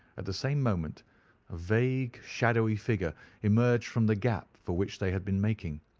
at the same moment a vague shadowy figure emerged from the gap for which they had been making,